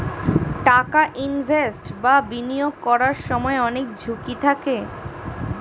টাকা ইনভেস্ট বা বিনিয়োগ করার সময় অনেক ঝুঁকি থাকে